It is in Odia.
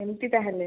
ଏମିତି ତାହେଲେ